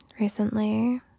Recently